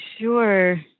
sure